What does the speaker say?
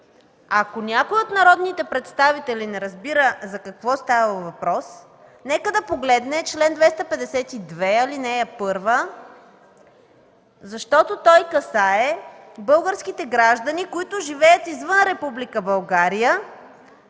Ако някой от народните представители не разбира за какво става въпрос, нека да погледне чл. 252, ал. 1, защото той касае българските граждани, които живеят извън Република България,